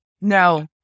No